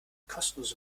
kostenlose